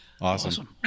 awesome